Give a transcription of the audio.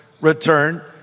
return